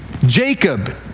Jacob